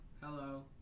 hello